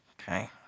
Okay